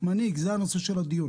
מנהיג זה הנושא של הדיון